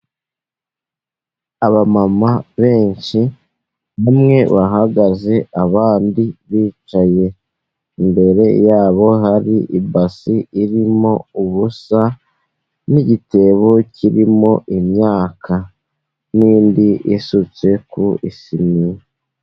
Abamama benshi, bamwe barahagaze, abandi bicaye. Imbere ya bo hari ibasi irimo ubusa n'igitebo kirimo imyaka, n'indi isutse ku isiniya.